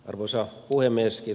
arvoisa puhemies